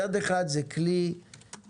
מצד אחד זה כלי שמביא